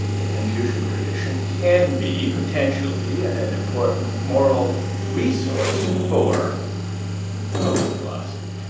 the confucian tradition can be potentially an important moral resource for public philosophy.